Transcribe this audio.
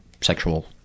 sexual